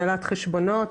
הנהלת חשבונות,